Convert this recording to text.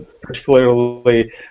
particularly